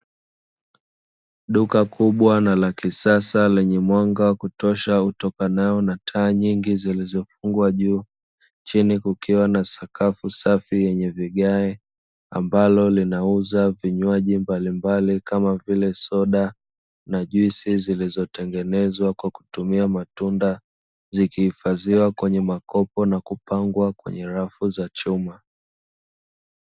Duka kubwa na la kisasa lenye mwanga wa kutosha utokanao na taa nyingi zilizofungwa juu. Chini kukiwa na sakafu safi yenye vigae ambalo linauza vinywaji mbalimbali kama vile: soda na juisi zilizotengenezwa kwa kutumia matunda; zilikihifadhiwa kwenye makopo na kupangwa kwenye rafu za chuma.